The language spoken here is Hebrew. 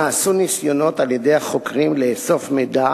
נעשו ניסיונות על-ידי החוקרים לאסוף מידע